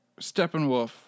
Steppenwolf